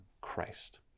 Christ